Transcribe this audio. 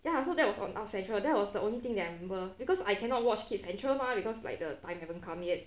ya so that was on art central that was the only thing that I remember because I cannot watch kids central mah because like the time haven't come yet